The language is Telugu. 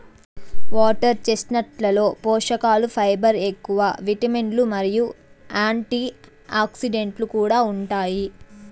వాటర్ చెస్ట్నట్లలో పోషకలు ఫైబర్ ఎక్కువ, విటమిన్లు మరియు యాంటీఆక్సిడెంట్లు కూడా ఉంటాయి